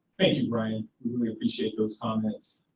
thank you brian, we appreciate those comments.